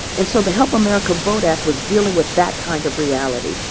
and so the help america vote act was dealing with that kind of reality.